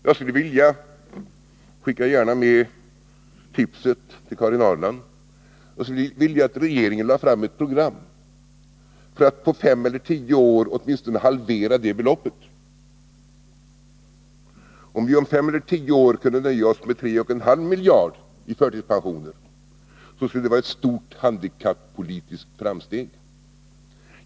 Jag skulle vilja skicka med ett tips till Karin Ahrland att regeringen lägger fram ett program för att på fem eller tio år åtminstone halvera beloppet i fråga. Om vi om fem eller tio år kunde nöja oss med 3,5 miljarder i förtidspensioner, skulle det vara ett stort handikappolitiskt framsteg.